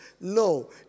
No